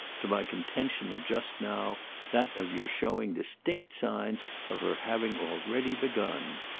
to my contention of just now that of your showing distinct signs of her having already begun.